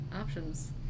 options